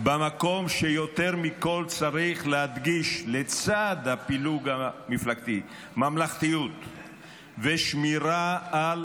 במקום שיותר מכול צריך להדגיש לצד הפילוג המפלגתי ממלכתיות ושמירה על